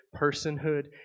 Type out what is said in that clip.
personhood